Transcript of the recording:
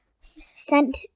sent